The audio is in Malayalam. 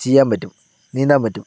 ചെയ്യാൻ പറ്റും നീന്താൻ പറ്റും